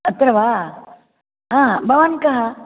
अत्र वा आ भवान् कः